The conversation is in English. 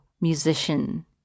musician